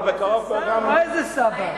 איזה שר, לא איזה סבא.